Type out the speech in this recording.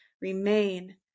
remain